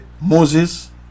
Moses